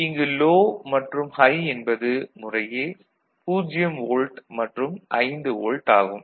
இங்கு லோ மற்றும் ஹை என்பது முறையே 0 வோல்ட் மற்றும் 5 வோல்ட் ஆகும்